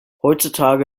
heutzutage